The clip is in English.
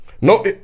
No